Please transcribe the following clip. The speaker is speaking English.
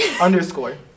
Underscore